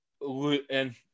Luton